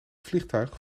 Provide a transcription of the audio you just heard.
vliegtuig